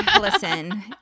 listen